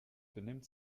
benimmt